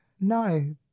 no